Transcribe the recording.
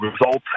results